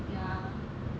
ya